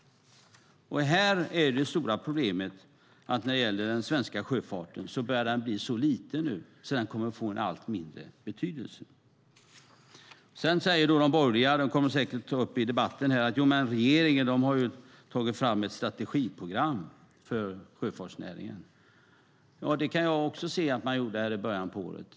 Det stora problemet är att den svenska sjöfarten börjar bli så liten att den kommer att få en allt mindre betydelse. Sedan säger de borgerliga, vilket säkert kommer att komma upp i debatten här, att regeringen har tagit fram ett strategiprogram för sjöfartsnäringen. Ja, det kan jag också se att man gjorde här i början av året.